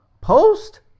post